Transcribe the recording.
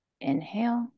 inhale